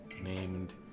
named